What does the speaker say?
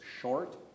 short